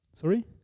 Sorry